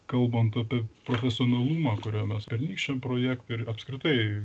kalbant apie profesionalumą kurio mes pernykščiam projekte ir apskritai